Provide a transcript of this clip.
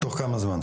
תוך כמה זמן?